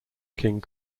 king